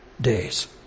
days